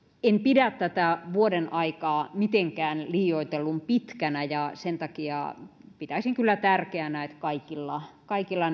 en pidä tätä vuoden aikaa mitenkään liioitellun pitkänä ja sen takia pitäisin kyllä tärkeänä että kaikilla kaikilla